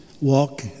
walk